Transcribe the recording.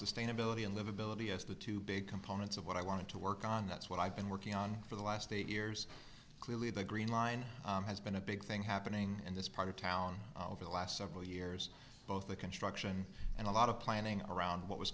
sustainability and livability as the two big components of what i wanted to work on that's what i've been working on for the last eight years clearly the green line has been a big thing happening in this part of town over the last several years both the construction and a lot of planning around what was